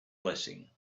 blessing